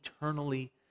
eternally